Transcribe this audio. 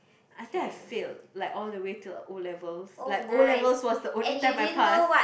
I think I failed like all the way to O-levels like O-levels was the only time my pass